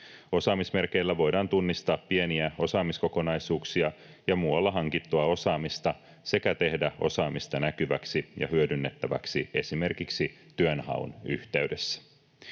Osaamismerkeillä voidaan tunnistaa pieniä osaamiskokonaisuuksia ja muualla hankittua osaamista sekä tehdä osaamista näkyväksi ja hyödynnettäväksi esimerkiksi työnhaun yhteydessä.